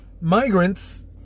migrants